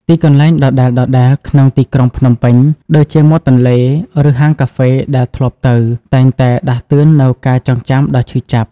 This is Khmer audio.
ទីកន្លែងដដែលៗក្នុងទីក្រុងភ្នំពេញ ដូចជាមាត់ទន្លេ ឬហាងកាហ្វេដែលធ្លាប់ទៅ តែងតែដាស់តឿននូវការចងចាំដ៏ឈឺចាប់។